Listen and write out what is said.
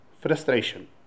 frustration